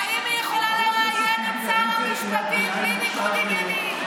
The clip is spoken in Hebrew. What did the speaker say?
האם היא יכולה לראיין את שר המשפטים בלי ניגוד עניינים?